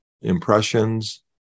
impressions